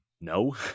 no